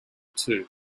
two